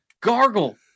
gargle